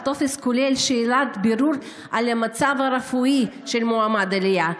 הטופס כולל שאלת בירור על המצב הרפואי של המועמד לעלייה,